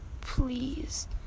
please